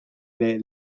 les